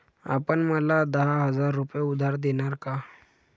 आपण मला दहा हजार रुपये उधार देणार का?